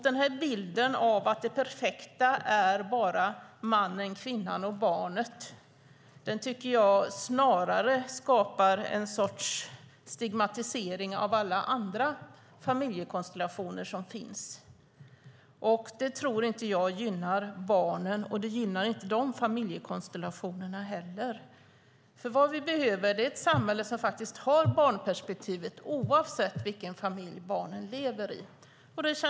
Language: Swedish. Den här bilden av att det perfekta är mannen, kvinnan och barnet tycker jag snarare skapar en sorts stigmatisering av alla andra familjekonstellationer som finns. Det tror jag inte gynnar barnen, och det gynnar inte de andra familjekonstellationerna heller. Vad vi behöver är ett samhälle som faktiskt har barnperspektivet i fokus oavsett vilken familj barnen lever i.